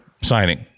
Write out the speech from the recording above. signing